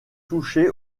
touché